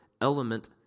element